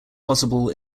possible